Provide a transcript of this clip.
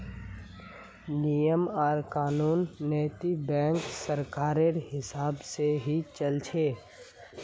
नियम आर कानून नैतिक बैंकत सरकारेर हिसाब से ही चल छ